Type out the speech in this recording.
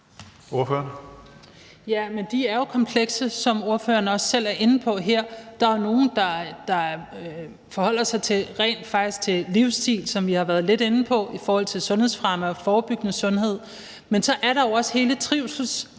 (ALT): De er jo komplekse, som ordføreren også selv er inde på her. Der er nogle, der rent faktisk forholder sig til livsstil, som vi har været lidt inde på, i forhold til sundhedsfremme og forebyggende sundhed, men så er der også hele trivselsområdet,